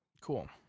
Cool